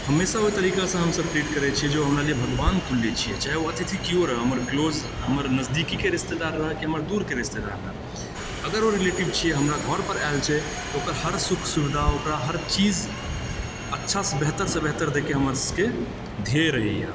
हमेशा ओहि तरीकासँ हमसब ट्रीट करै छिऐ जे ओ हमरा लिए भगवान् तुल्य छिऐ चाहै ओ अतिथि केओ रहऽ हमर क्लोज हमर नजदीकीके रिश्तेदार रहऽ कि हमर दूरके रिश्तेदार रहऽ अगर ओ रिलेटिव छिऐ हमरा घर पर आएल छै तऽ ओकर हर सुख सुविधा ओकरा हर चीज अच्छा बेहतरसँ बेहतर दएके हमरा सबके ध्येय रहैए